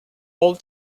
all